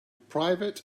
private